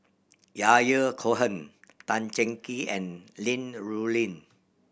Yahya Cohen Tan Cheng Kee and Li Rulin